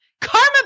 Karma